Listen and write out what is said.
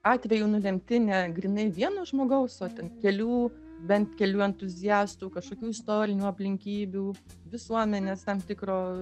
atvejų nulemti ne grynai vieno žmogaus o ten kelių bent kelių entuziastų kažkokių istorinių aplinkybių visuomenės tam tikro